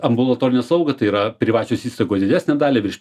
ambulatorinę slaugą tai yra privačios įstaigos didesnę dalį virš